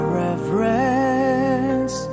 reverence